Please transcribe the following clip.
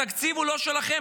התקציב הוא לא שלכם,